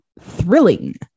thrilling